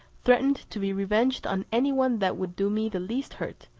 threatened to be revenged on any one that would do me the least hurt,